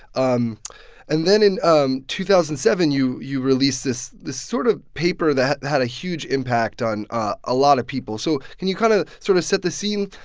um and then in um two thousand and seven, you you release this this sort of paper that had a huge impact on ah a lot of people so can you kind of sort of set the scene?